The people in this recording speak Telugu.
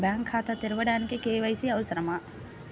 బ్యాంక్ ఖాతా తెరవడానికి కే.వై.సి అవసరమా?